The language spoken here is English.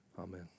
Amen